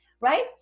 right